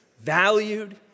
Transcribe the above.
valued